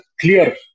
clear